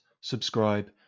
subscribe